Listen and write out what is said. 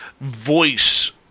voice